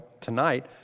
tonight